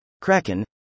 Kraken